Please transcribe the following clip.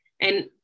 And-